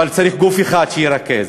אבל צריך גוף אחד שירכז,